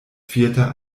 vierter